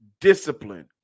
discipline